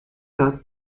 lot